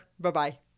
Bye-bye